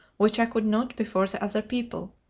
which i could not before the other people.